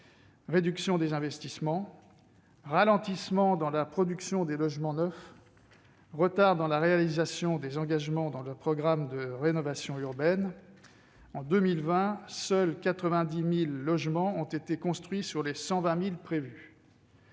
réduction des investissements, ralentissement dans la production de logements neufs, retards dans la réalisation des engagements du programme de rénovation urbaine. En 2020, seuls 90 000 logements ont été construits sur les 120 000 qui